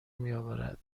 میاورد